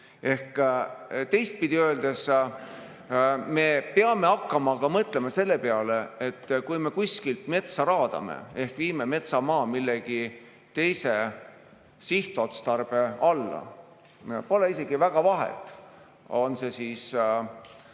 Ehk teistpidi öeldes, me peame hakkama mõtlema ka selle peale, et kui me kuskilt metsa raadame ehk viime metsamaa mingi teise sihtotstarbe alla – pole isegi väga vahet, kas see on